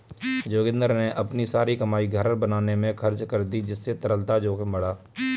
जोगिंदर ने अपनी सारी कमाई घर बनाने में खर्च कर दी जिससे तरलता जोखिम बढ़ा